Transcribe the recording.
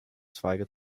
zweige